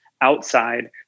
outside